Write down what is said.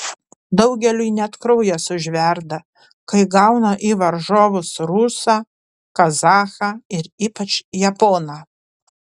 daugeliui net kraujas užverda kai gauna į varžovus rusą kazachą ir ypač japoną